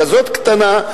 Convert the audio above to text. כזאת קטנה,